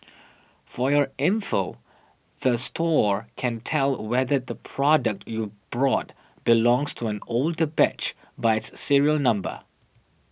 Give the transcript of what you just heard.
for your info the store can tell whether the product you brought belongs to an older batch by its serial number